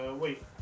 Wait